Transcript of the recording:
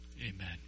Amen